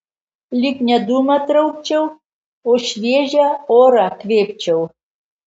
lyg ne dūmą traukčiau o šviežią orą kvėpčiau